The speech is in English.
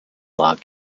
log